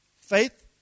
Faith